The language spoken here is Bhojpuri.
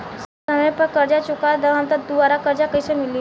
समय पर कर्जा चुका दहम त दुबाराकर्जा कइसे मिली?